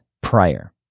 prior